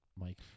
Mike